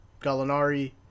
Gallinari